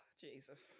Jesus